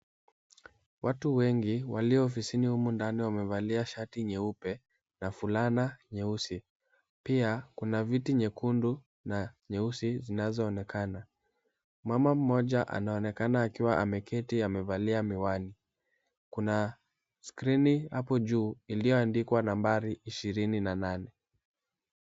Watu wengi, walio ofisi humu ndani wamevalia shati nyeupe na fulana nyeusi. Pia kuna viti vyeusi na vyekundu vinavyoonekana. Mama mmoja anaonekana amevalia miwani. Kuna skrini hapo juu, iliyoandikwa nambari 28.